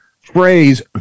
phrase